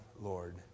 Lord